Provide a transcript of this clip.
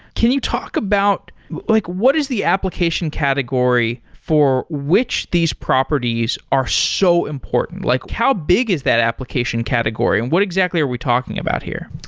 can you talk about like what is the application category for which these properties are so important? like how big is that application category and what exactly are we talking here?